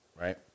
right